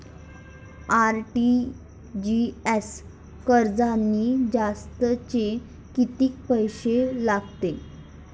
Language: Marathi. आर.टी.जी.एस करतांनी जास्तचे कितीक पैसे लागते?